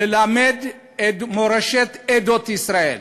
ללמד את מורשת עדות ישראל.